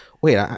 wait